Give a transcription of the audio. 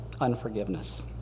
unforgiveness